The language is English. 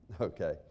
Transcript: Okay